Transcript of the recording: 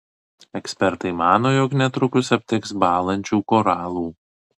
ekspertai mano jog netrukus aptiks bąlančių koralų